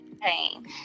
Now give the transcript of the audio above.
Pain